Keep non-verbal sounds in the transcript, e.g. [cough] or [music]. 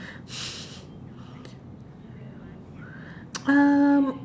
[laughs] [noise]